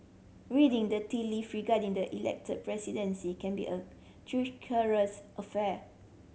reading the tea leave regarding the Elected Presidency can be a treacherous affair